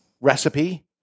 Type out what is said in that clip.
recipe